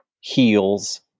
heals